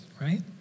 right